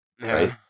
Right